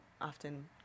often